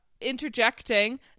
interjecting